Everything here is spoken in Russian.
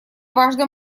важный